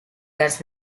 that’s